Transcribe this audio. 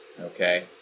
Okay